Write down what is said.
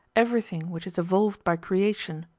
everything which is evolved by creation.